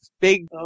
big